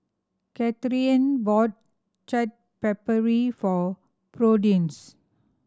Katharyn bought Chaat Papri for Prudence